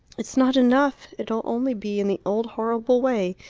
it's not enough it'll only be in the old horrible way,